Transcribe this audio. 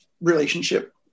relationship